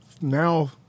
now